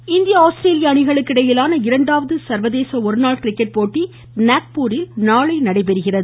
கு கு கு கிரிக்கெட் இந்திய ஆஸ்திரேலிய அணிகளுக்கு இடையேயான இரண்டாவது சர்வதேச ஒருநாள் கிரிக்கெட் போட்டி நாக்பூரில் நாளை நடைபெறுகிறது